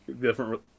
different